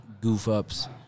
goof-ups